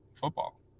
football